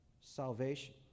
salvation